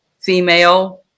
female